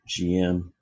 GM